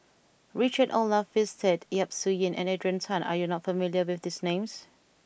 Richard Olaf Winstedt Yap Su Yin and Adrian Tan are you not familiar with these names